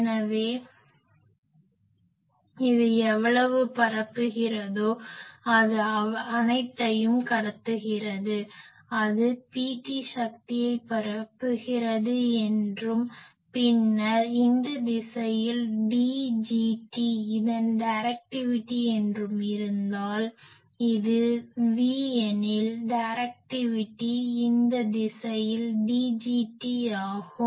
எனவே இது எவ்வளவு பரப்புகிறதோ அது அனைத்தையும் கடத்துகிறது அது Pt சக்தியை பரப்புகிறது என்றும் பின்னர் இந்த திசையில் Dgt இதன் டைரக்டிவிட்டி என்றும் இருந்தால் இது V எனில் டைரக்டிவிட்டி இந்த திசையில் Dgt ஆகும்